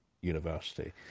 university